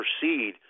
proceed